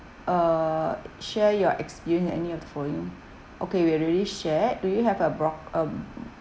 uh share your experience any of the following okay we already shared do you have a brock~ uh